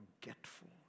forgetful